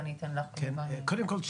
קודם כל,